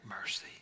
mercy